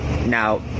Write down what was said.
Now